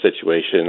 situation